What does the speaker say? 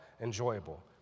enjoyable